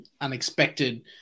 unexpected